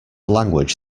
language